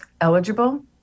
eligible